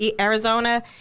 Arizona